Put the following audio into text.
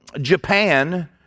Japan